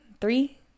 Three